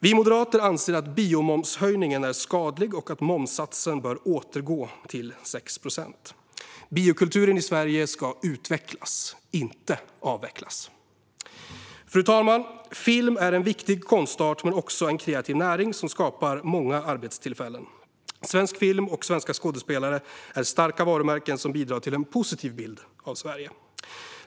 Vi moderater anser att biomomshöjningen är skadlig och att momssatsen bör återgå till 6 procent. Biokulturen i Sverige ska utvecklas, inte avvecklas. Fru talman! Film är en viktig konstart men också en kreativ näring som skapar många arbetstillfällen. Svensk film och svenska skådespelare är starka varumärken som bidrar till en positiv bild av Sverige.